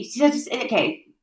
Okay